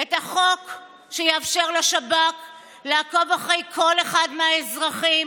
את החוק שיאפשר לשב"כ לעקוב אחרי כל אחד מהאזרחים,